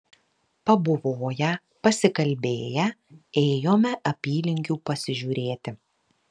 pabuvoję pasikalbėję ėjome apylinkių pasižiūrėti